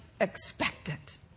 expectant